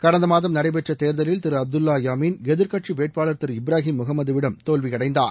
கடந்த மாதம் நடைபெற்ற தேர்தலில் திரு அப்துல்லா யாமீன் எதிர்கட்சி வேட்பாளர் திரு இப்ராஹிம் முகமதுவிடம் தோல்வியடைந்தார்